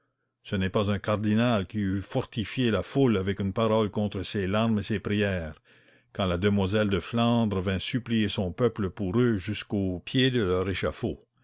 ce n'est pas un cardinal qui eût fortifié la foule avec une parole contre ses larmes et ses prières quand la demoiselle de flandre vint supplier son peuple pour eux jusqu'au pied de leur échafaud